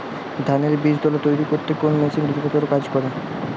ধানের বীজতলা তৈরি করতে কোন মেশিন দ্রুততর কাজ করে?